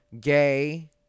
gay